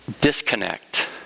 disconnect